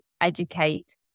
educate